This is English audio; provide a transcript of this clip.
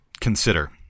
consider